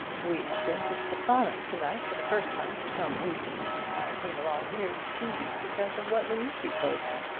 we have been to stephano's tonight for the first time for some weeks. i came along here to see you because of what luigi told me.